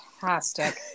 fantastic